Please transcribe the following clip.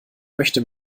möchte